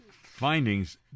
findings